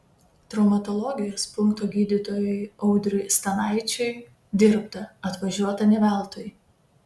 traumatologijos punkto gydytojui audriui stanaičiui dirbta atvažiuota ne veltui